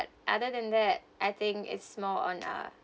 other than that I think it's more on uh